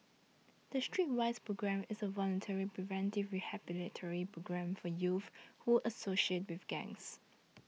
the Streetwise Programme is a voluntary preventive rehabilitative programme for youths who associate with gangs